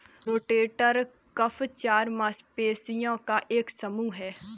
rotator cuff चार मांसपेशियों का एक समूह है